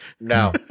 No